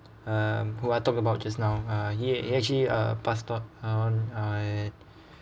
um who I talked about just now uh he he actually uh passed on on err